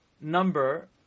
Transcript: number